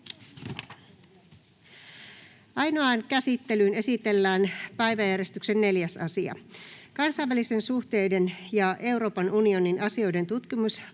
Ainoaan käsittelyyn esitellään päiväjärjestyksen 4. asia. Kansainvälisten suhteiden ja Euroopan unionin asioiden